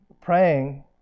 praying